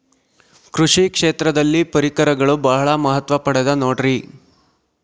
ಕೃಷಿ ಕ್ಷೇತ್ರದಲ್ಲಿ ಪರಿಕರಗಳು ಬಹಳ ಮಹತ್ವ ಪಡೆದ ನೋಡ್ರಿ?